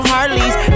Harleys